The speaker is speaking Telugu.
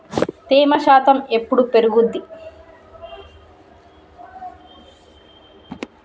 తేమ శాతం ఎప్పుడు పెరుగుద్ది?